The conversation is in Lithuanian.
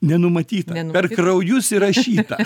nenumatyta per kraujus įrašyta